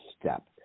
step